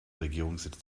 regierungssitz